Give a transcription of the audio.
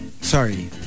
Sorry